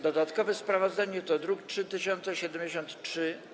Dodatkowe sprawozdanie to druk nr 3073-A.